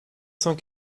cent